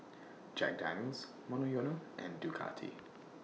Jack Daniel's Monoyono and Ducati